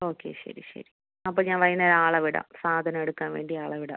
okay ശരി ശരി അപ്പം ഞാൻ വൈകുന്നേരം ആളെ വിടാം സാധനം എടുക്കാൻ വേണ്ടി ആളെ വിടാം